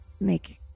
make